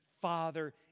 Father